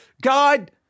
God